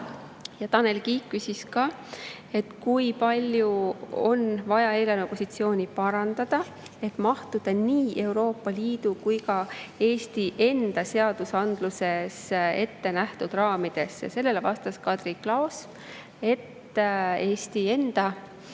3%. Tanel Kiik küsis ka, kui palju on vaja eelarve positsiooni parandada, et mahtuda nii Euroopa Liidu kui ka Eesti enda seadusandluses ette nähtud raamidesse. Sellele vastas Kadri Klaos, et Eesti enda